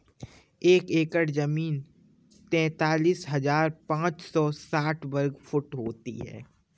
एक एकड़ जमीन तैंतालीस हजार पांच सौ साठ वर्ग फुट होती है